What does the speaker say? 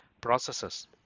Processes